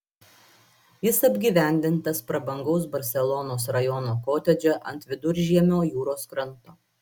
jis apgyvendintas prabangaus barselonos rajono kotedže ant viduržiemio jūros kranto